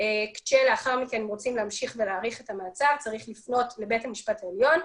הספירה היא שונה לגבי מעצר עד תום הליכים בפיקוח ומעצר רגיל.